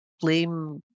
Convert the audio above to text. blame